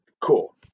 Cool